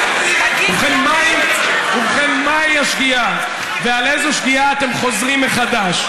ובכן, מהי השגיאה ועל איזה שגיאה אתם חוזרים מחדש?